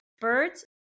Birds